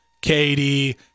Katie